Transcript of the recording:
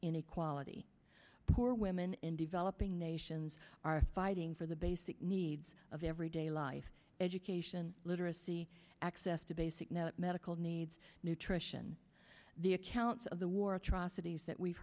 inequality poor women in developing nations are fighting for the basic needs of everyday life education literacy access to basic know medical needs nutrition the accounts of the war atrocities that we've